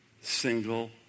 single